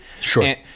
Sure